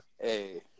Hey